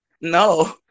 No